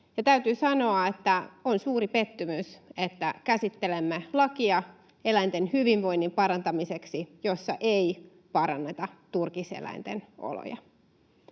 täytyy sanoa, että on suuri pettymys, että käsittelemme lakia eläinten hyvinvoinnin parantamiseksi, jossa ei paranneta turkis-eläinten oloja.